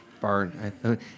barn